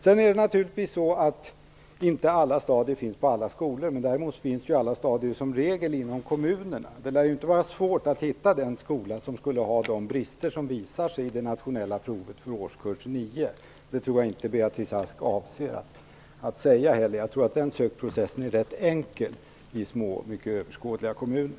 Det är naturligtvis så att alla stadier inte finns på alla skolor. Däremot finns alla stadier som regel inom kommunerna. Det lär inte vara svårt att hitta den skola som skulle ha de brister som visar sig i det nationella provet för årskurs 9. Det tror jag inte att Beatrice Ask avser att säga heller. Jag tror att den processen är rätt enkel i små och överskådliga kommuner.